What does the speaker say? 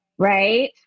Right